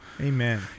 amen